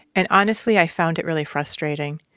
and honestly, i found it really frustrating.